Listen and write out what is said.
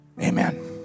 amen